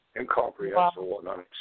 incomprehensible